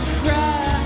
cry